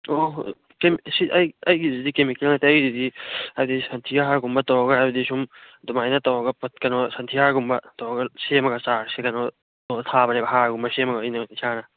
ꯑꯣ ꯁꯤ ꯑꯩ ꯑꯩꯒꯤꯁꯤꯗꯤ ꯀꯦꯃꯤꯀꯦꯜ ꯅꯠꯇꯦ ꯑꯩꯒꯤꯁꯤꯗꯤ ꯍꯥꯏꯗꯤ ꯁꯟꯊꯤ ꯍꯥꯔꯒꯨꯝꯕ ꯇꯧꯔꯒ ꯍꯥꯏꯕꯗꯤ ꯁꯨꯝ ꯑꯗꯨꯃꯥꯏꯅ ꯇꯧꯔꯒ ꯄꯣꯠ ꯀꯩꯅꯣ ꯁꯟꯊꯤ ꯍꯥꯔꯒꯨꯝꯕ ꯇꯧꯔꯒ ꯁꯦꯝꯃꯒ ꯆꯥꯔꯁꯤ ꯀꯩꯅꯣ ꯇꯧꯔ ꯊꯥꯕꯅꯦꯕ ꯍꯥꯔꯒꯨꯝꯕ ꯁꯦꯝꯃꯒ ꯑꯩꯅ ꯏꯁꯥꯅ